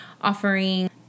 offering